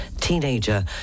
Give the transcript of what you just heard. teenager